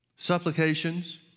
supplications